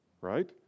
right